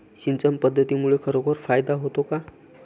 सिंचन पद्धतीमुळे खरोखर फायदा होतो का?